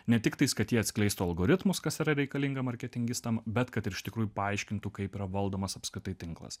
netiktais kad jie atskleistų algoritmus kas yra reikalinga marketingistam bet kad ir iš tikrųjų paaiškintų kaip yra valdomas apskritai tinklas